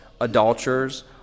adulterers